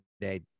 today